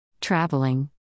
traveling